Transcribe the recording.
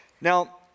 Now